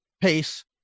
pace